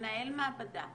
מנהל מעבדה,